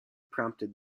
prompted